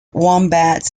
wombats